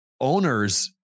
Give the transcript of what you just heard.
Owners